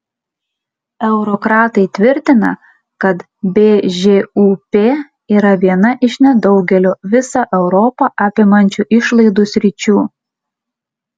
eurokratai tvirtina kad bžūp yra viena iš nedaugelio visą europą apimančių išlaidų sričių